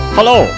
Hello